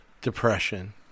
depression